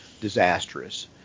disastrous